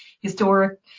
historic